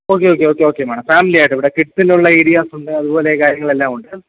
okay okay okay okay madam ഫാമിലിയായിട്ട് ഇവിടെ കിഡ്സിനുള്ള ഏരിയാസുണ്ട് അതുപോലെ കാര്യങ്ങളെല്ലാം ഉണ്ട്